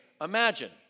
imagine